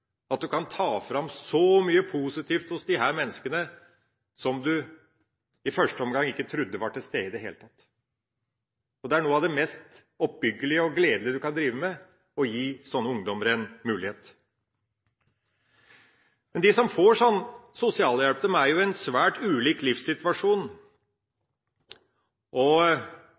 erfarer du ganske snart at du kan ta fram så mye positivt hos disse menneskene, som du i første omgang ikke trodde var til stede i det hele tatt. Det er noe av det mest oppbyggelige og gledelige du kan drive med – å gi sånne ungdommer en mulighet. Men de som får sånn sosialhjelp, er jo i svært